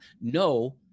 no